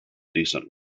decent